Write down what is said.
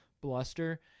bluster